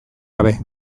gabe